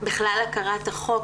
בכלל הכרת החוק,